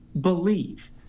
believe